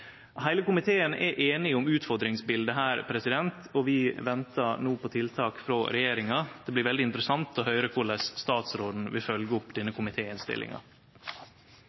Heile komiteen er einige om utfordringsbildet her. Vi ventar no på tiltak frå regjeringa. Det blir veldig interessant å høyre korleis statsråden vil følgje opp denne